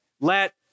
let